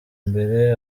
imbere